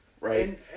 right